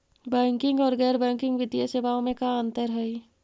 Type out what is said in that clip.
Banking और गैर banking वित्तीय सेवाओं में का अंतर हइ?